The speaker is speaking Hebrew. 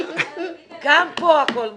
גם פה הכול מוקלט.